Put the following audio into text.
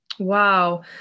Wow